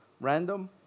random